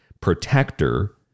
protector